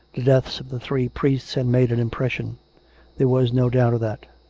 the deaths of the three priests had made an impression there was no doubt of that.